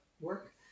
work